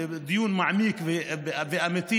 ודיון מעמיק ואמיתי,